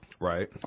Right